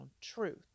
truth